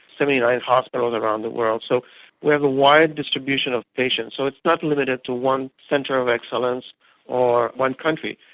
seventy nine hospitals around the world. so we have a wide distribution of patients, so it's not limited to one centre of excellence or one country.